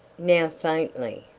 now faintly,